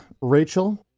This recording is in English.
Rachel